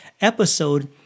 episode